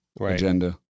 agenda